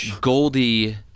Goldie